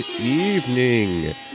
evening